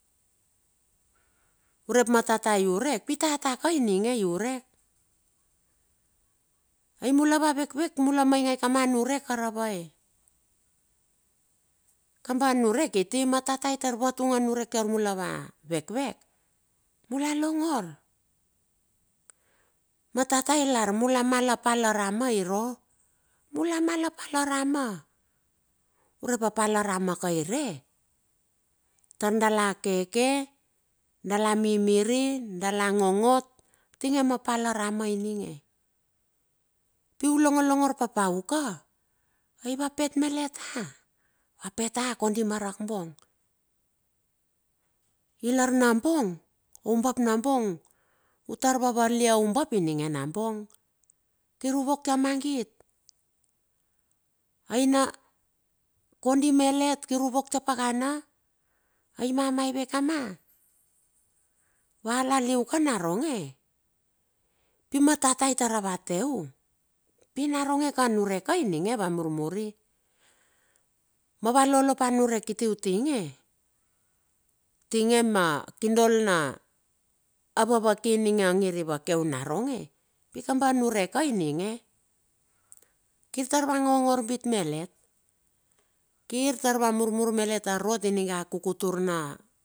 Ure ma tata iurek pi, tata ka ininge i urek. Ai mula a vekvek mula maingae kama a niurek karavar e? Kaba nurek kiti, ma tata ta vatung a niurek tar mula ava vekvek, mula longor. Ma tata ilar mula mal a pal a rama iruo, mula mal a pal a rama, urep a pal arama ka irue, tar dala keke dala mimiri, dala ngongot tinge ma pal a rama ininge. Piu longolongor papauka, ai va pit malet a? Va pet a kondi ma rak bong? Ilar nabong, au bap nabong, utar vavaliai aubab ininge nabong. Kir u vok ta magit aina kondi malet kir a vok ta pakana, ai mamaive kama? Va laliu ka naronge? Pima tata tar ravate u, pi naronge ka, aniurek ka ininge vamurmuri. Mava lolopa niurek kiti utinge, tinge ma, kindol na, vavaki ninge a ngir i vakeu a naronge, pikamba niurek ininge. Kir taur va ngongor bit malet, kir taur va murmur malet rot niga a kukutur na.